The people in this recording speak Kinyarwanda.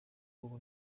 ubu